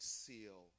seal